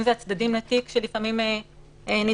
אם זה הצדדים לתיק שלפעמים נדרשים